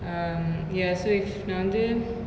um ya so if நா வந்து:na vanthu